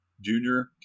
Junior